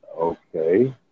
Okay